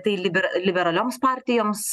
tai libera liberalioms partijoms